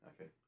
okay